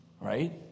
Right